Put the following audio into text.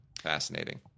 Fascinating